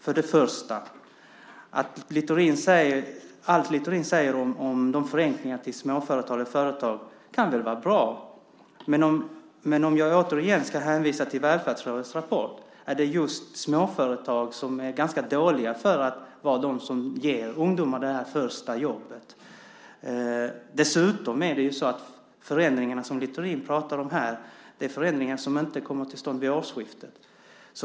För det första: Allt Littorin säger om förenklingar för småföretag och företag kan vara bra. Men om jag igen ska hänvisa till Välfärdsrådets rapport är just småföretag ganska dåliga på att ge ungdomarna det första jobbet. Dessutom är de förändringar som Littorin pratar om här förändringar som inte kommer till stånd vid årsskiftet.